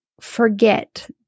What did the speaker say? forget